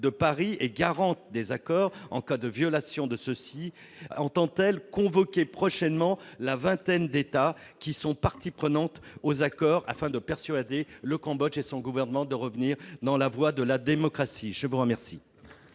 de Paris et garante des accords en cas de violation de ceux-ci, entend convoquer prochainement la vingtaine d'États qui en sont parties prenantes, afin de persuader le Cambodge et son gouvernement de revenir sur la voie de la démocratie ? La parole